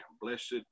blessed